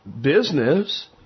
business